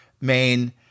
main